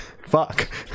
Fuck